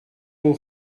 bod